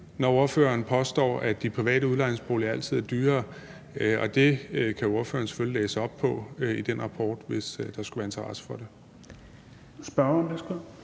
når spørgeren påstår, at de private udlejningsboliger altid er dyrere. Det kan spørgeren selvfølgelig læse op på i den rapport, hvis der skulle være interesse for det.